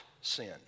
sin